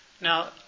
Now